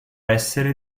essere